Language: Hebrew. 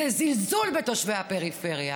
זה זלזול בתושבי הפריפריה.